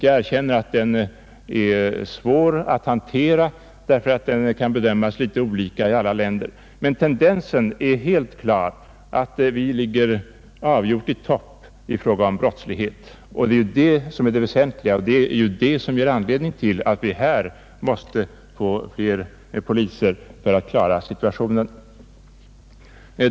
Jag erkänner att den är svår att hantera och att den kan bedömas litet olika i olika länder, men tendensen är helt klar: vi ligger avgjort i topp i fråga om brottslighet. Det är det som är det väsentliga och som ger anledning till att vi här måste få fler poliser för att klara situationen.